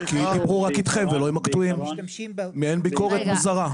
כי דיברו רק אתכם ולא עם הקטועים מעין ביקורת מוזרה.